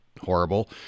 horrible